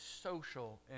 social